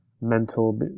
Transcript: mental